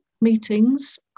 meetings